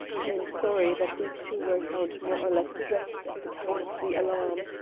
i am sorry that we two were found more or less dressed at the time of the alarm.